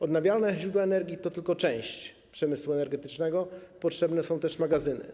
Odnawialne źródła energii to tylko część przemysłu energetycznego, potrzebne są też magazyny.